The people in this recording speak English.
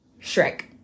shrek